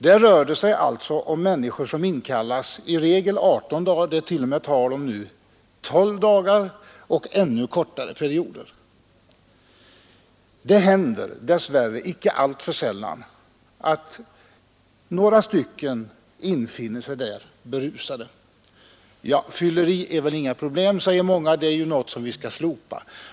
Där rör det sig alltså om personer som inkallats i regel 18 dagar, och det är nu tal om 12 dagar och ännu kortare perioder. Det händer dess värre icke alltför sällan att några stycken infinner sig berusade. Men fylleri är väl inget problem, säger många — bestämmelserna därvidlag är ju något som vi skall slopa.